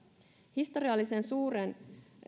historiallisen suuren